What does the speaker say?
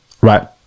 right